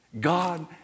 God